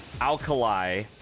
Alkali